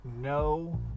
No